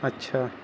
اچھا